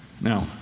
Now